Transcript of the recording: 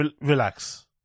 Relax